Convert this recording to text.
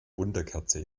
wunderkerze